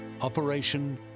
Operation